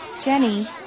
Jenny